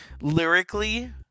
lyrically